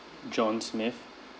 john smith